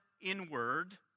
inward